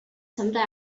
someday